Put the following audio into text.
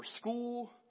school